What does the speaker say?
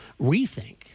rethink